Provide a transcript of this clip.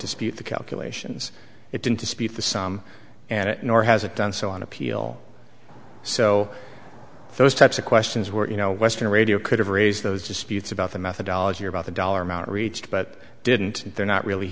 dispute the calculations it didn't dispute the sum and nor has it done so on appeal so those types of questions were you know western radio could have raised those disputes about the methodology about the dollar amount reached but didn't and they're not really